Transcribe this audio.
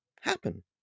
happen